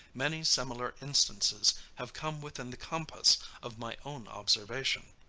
many similar instances have come within the compass of my own observation.